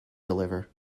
deliver